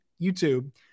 YouTube